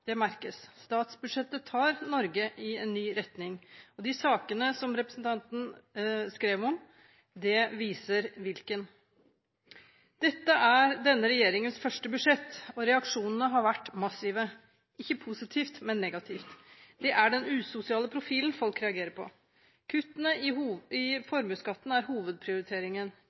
det merkes. Statsbudsjettet tar Norge i en ny retning, og de sakene som representanten skrev om, viser hvilken. Dette er denne regjeringens første budsjett, og reaksjonene har vært massive – ikke positivt, men negativt. Det er den usosiale profilen folk reagerer på. Kuttene i formuesskatten er hovedprioriteringen